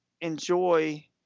enjoy